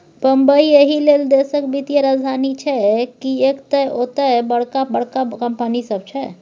बंबई एहिलेल देशक वित्तीय राजधानी छै किएक तए ओतय बड़का बड़का कंपनी सब छै